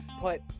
put